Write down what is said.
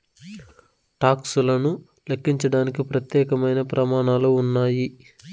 talks లను లెక్కించడానికి ప్రత్యేకమైన ప్రమాణాలు ఉన్నాయి